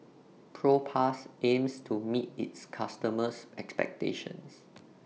Propass aims to meet its customers' expectations